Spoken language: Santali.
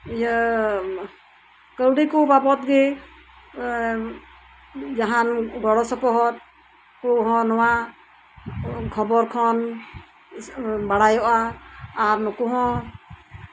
ᱤᱭᱟᱹ ᱠᱟᱹᱣᱰᱤ ᱠᱚ ᱵᱟᱵᱚᱫᱜᱮ ᱡᱟᱸᱦᱟᱱ ᱜᱚᱲᱚᱥᱚᱯᱚᱦᱚᱫ ᱠᱚᱸᱦᱚ ᱱᱚᱣᱟ ᱠᱷᱚᱵᱚᱨ ᱠᱷᱚᱱ ᱵᱟᱲᱟᱭᱚᱜᱼᱟ ᱟᱨ ᱱᱩᱠᱩ ᱦᱚᱸ